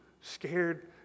scared